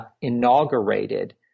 inaugurated